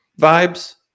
vibes